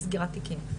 על סגירת תיקים.